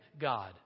God